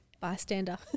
Bystander